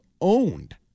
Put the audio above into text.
owned